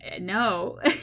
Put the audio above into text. no